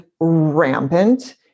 rampant